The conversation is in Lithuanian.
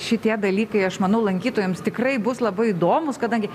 šitie dalykai aš manau lankytojams tikrai bus labai įdomūs kadangi